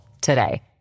today